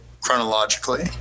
chronologically